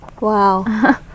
Wow